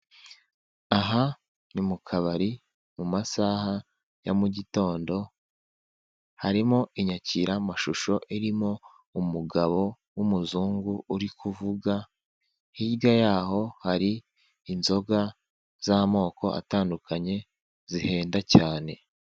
Aha ni mu kabari mu masaha ya mugitondo, harimo inyakiramashusho irimo umugabo w'Umuzungu uri kuvuga, hirya y'aho hari inzoga z'amoko atandukanye zihenda cyane.